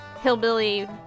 hillbilly